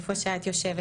איפה שאת יושבת,